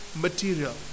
material